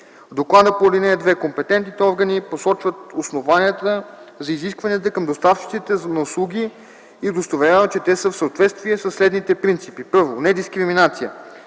доклада по ал. 2 компетентните органи посочват основанията за изискванията към доставчиците на услуги и удостоверяват, че те са в съответствие със следните принципи: 1. недискриминация